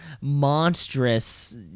monstrous